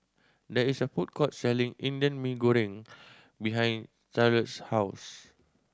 there is a food court selling Indian Mee Goreng behind Charlotte's house